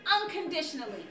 unconditionally